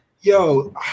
Yo